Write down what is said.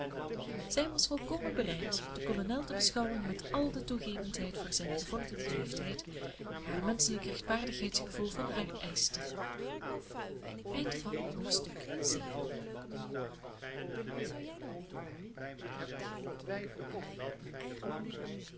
zij was volkomen bereid den kolonel te beschouwen met al de toegevendheid voor zijn gevorderden leeftijd die haar menschelijk rechtvaardigheidsgevoel van haar eischte